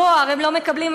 דואר הם לא מקבלים,